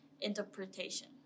interpretation